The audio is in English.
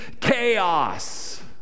chaos